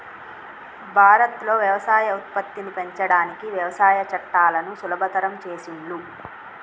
భారత్ లో వ్యవసాయ ఉత్పత్తిని పెంచడానికి వ్యవసాయ చట్టాలను సులభతరం చేసిండ్లు